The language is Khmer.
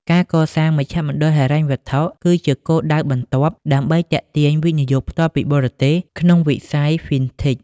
ការកសាង "មជ្ឈមណ្ឌលហិរញ្ញវត្ថុ" គឺជាគោលដៅបន្ទាប់ដើម្បីទាក់ទាញ វិនិយោគផ្ទាល់ពីបរទេស ក្នុងវិស័យ FinTech។